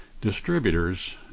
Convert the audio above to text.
distributors